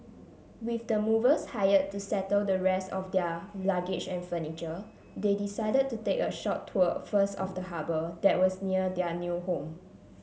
with the movers hired to settle the rest of their luggage and furniture they decided to take a short tour first of the harbour that was near their new home